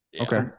Okay